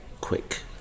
quick